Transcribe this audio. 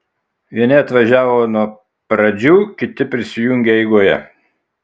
vieni atvažiavo nuo pradžių kiti prisijungė eigoje